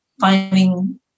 finding